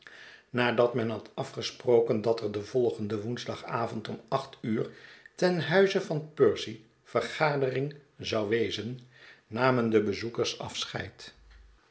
nadat men had afgesproken dat er den volgenden woensdagavond om acht uur ten huize van percy vergadering zou wezen namen de bezoekers afscheid